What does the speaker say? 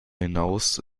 hinaus